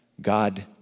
God